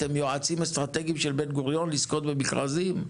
אתם יועצים אסטרטגיים של בן-גוריון לזכייה במכרזים?